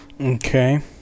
Okay